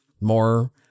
more